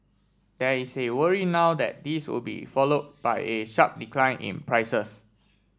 there is a worry now that this would be followed by a sharp decline in prices